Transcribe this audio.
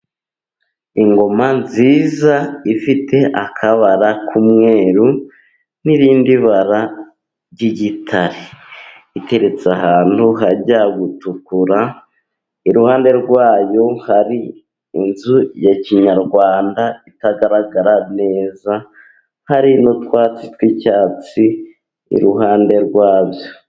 Ingoma nziza ifite akabara k'umweru, n'irindi bara ry'igitare, iteretse ahantu hajya gutukura, iruhande rwayo hari inzu ya kinyarwanda itagaragara neza, hari n'utwatsi tw'icyatsi iruhande rwabyo.